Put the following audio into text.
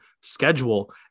schedule